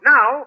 Now